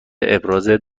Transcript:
ابراز